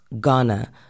Ghana